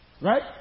right